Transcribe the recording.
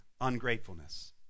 ungratefulness